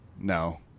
no